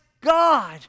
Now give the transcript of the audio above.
god